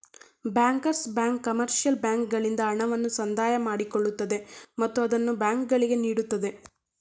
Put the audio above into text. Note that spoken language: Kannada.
ಬ್ಯಾಂಕರ್ಸ್ ಬ್ಯಾಂಕ್ ಕಮರ್ಷಿಯಲ್ ಬ್ಯಾಂಕ್ಗಳಿಂದ ಹಣವನ್ನು ಸಂದಾಯ ಮಾಡಿಕೊಳ್ಳುತ್ತದೆ ಮತ್ತು ಅದನ್ನು ಬ್ಯಾಂಕುಗಳಿಗೆ ನೀಡುತ್ತದೆ